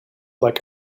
like